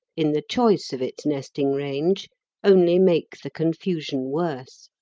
in the choice of its nesting range only make the confusion worse.